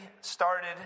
started